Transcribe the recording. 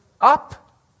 up